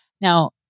Now